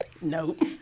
Nope